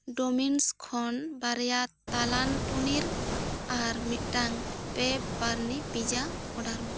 Domino's ᱠᱷᱚᱱ ᱵᱟᱨᱭᱟ ᱛᱟᱞᱟᱱ ᱯᱚᱱᱤᱨ ᱟᱨ ᱢᱤᱫᱴᱟᱝ ᱯᱮ ᱯᱟᱨᱱᱤ ᱯᱤᱡᱽᱡᱟ ᱚᱰᱟᱨ ᱢᱮ